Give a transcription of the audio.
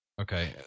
Okay